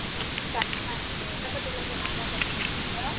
doctor நாங்கள் இங்கே ஒட்டப்பட்டிலேருந்து ராதா பேசுகிறேன் டாக்டர்